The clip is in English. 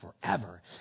forever